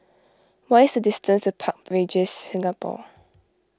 what is the distance to Park Regis Singapore